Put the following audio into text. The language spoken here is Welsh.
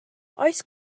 oes